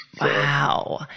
Wow